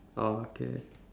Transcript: oh okay